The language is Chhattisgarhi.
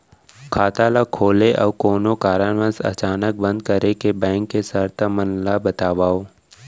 खाता ला खोले अऊ कोनो कारनवश अचानक बंद करे के, बैंक के शर्त मन ला बतावव